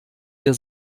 der